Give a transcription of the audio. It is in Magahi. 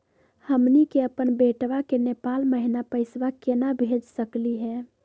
हमनी के अपन बेटवा क नेपाल महिना पैसवा केना भेज सकली हे?